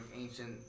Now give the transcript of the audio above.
ancient